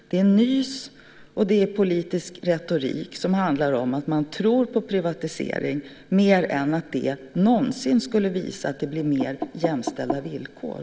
Det är nys, och det är politisk retorik som handlar om att man tror på privatisering mer än att det någonsin skulle visa att det blir mer jämställda villkor.